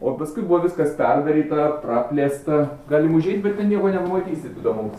o paskui buvo viskas perdaryta praplėsta galim užeit bet ten nieko nepamatysit įdomaus